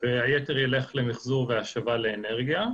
והיתר ילך למחזור והשבה לאנרגיה.